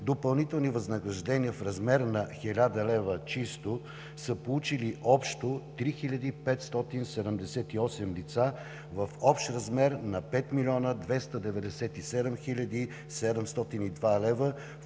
допълнителни възнаграждения в размер на 1000 лв. чисто са получили общо 3578 лица в общ размер на 5 млн.